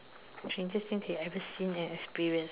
strangest thing you've ever seen and experience